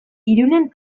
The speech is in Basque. irunen